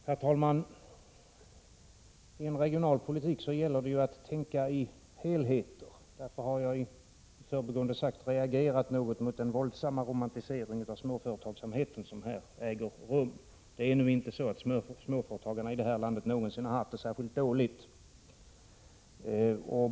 Herr talman! I en regionalpolitik gäller det att tänka i helheter. Därför har jag, i förbigående sagt, reagerat något mot den våldsamma romantisering av småföretagsamheten som här äger rum. Det är nu inte så att småföretagarna i det här landet någonsin har haft det särskilt dåligt.